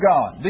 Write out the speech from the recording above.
God